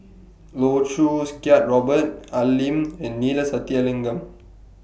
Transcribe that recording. Loh Choo Kiat Robert Al Lim and Neila Sathyalingam